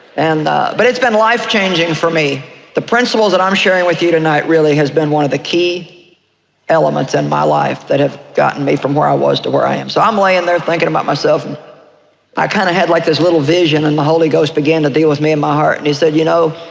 and but it's been life changing for me the principles that i'm sharing with you tonight really has been one of the key elements in and my life that have gotten me from where i was to where i am, so i'm laying there thinking about myself and i kind of had, like, this little vision and the holy ghost began to deal with me in my heart and he said, you know,